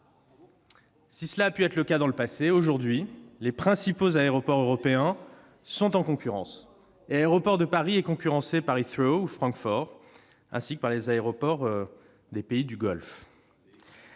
Si cela a pu être le cas dans le passé, les principaux aéroports européens sont en concurrence aujourd'hui. Ainsi, Aéroports de Paris est concurrencé par Heathrow ou Francfort, ainsi que par les aéroports des pays du Golfe.